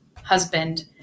husband